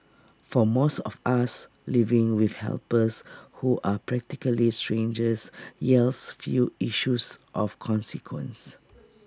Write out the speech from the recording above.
for most of us living with helpers who are practically strangers yields few issues of consequence